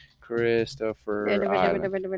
Christopher